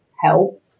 help